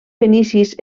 fenicis